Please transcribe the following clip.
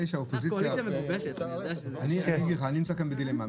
נמצא כאן בדילמה.